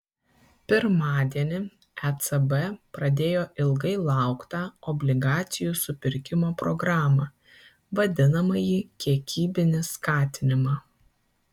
pirmadienį ecb pradėjo ilgai lauktą obligacijų supirkimo programą vadinamąjį kiekybinį skatinimą